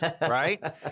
Right